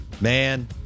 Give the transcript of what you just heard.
man